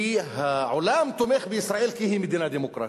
כי העולם תומך בישראל כי היא מדינה דמוקרטית.